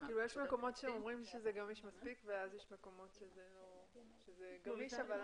יש מקומות שאומרים שזה מספיק גמיש ויש מקומות שם זה גמיש.